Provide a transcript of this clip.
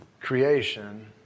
creation